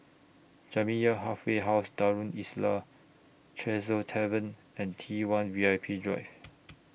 Jamiyah Halfway House Darul Islah Tresor Tavern and T one V I P Drive